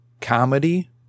comedy